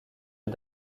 est